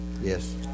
Yes